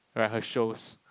like her shows